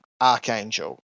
Archangel